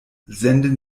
senden